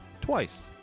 Twice